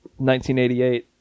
1988